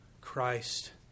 Christ